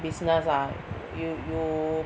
business ah you you